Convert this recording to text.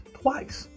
twice